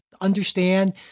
understand